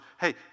Hey